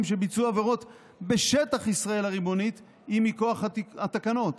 שביצעו עבירות בשטח ישראל הריבונית היא מכוח התקנות.